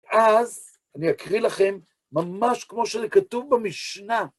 אז אני אקריא לכם, ממש כמו שזה כתוב במשנה,